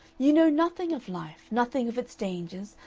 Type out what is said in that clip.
you know nothing of life, nothing of its dangers,